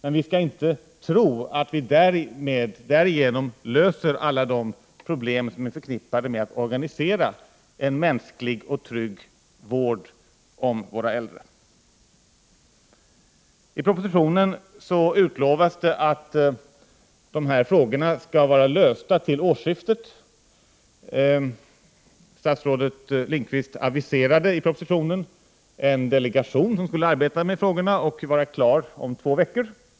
Men vi skall inte tro att vi därigenom löser alla de problem som är Prot. 1988/89:44 förknippade med att organisera en mänsklig och trygg vård av våra äldre. 13 december 1988 I propositionen utlovar man att dessa frågor skall vara besvarade till. joo re årsskiftet. Statsrådet Lindqvist har i propositionen aviserat en delegation som skall arbeta med dessa frågor och vara klar om två veckor.